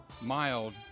mild